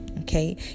okay